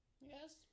yes